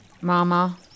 mama